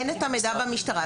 אין את המידע במשטרה.